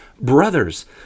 Brothers